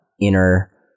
Inner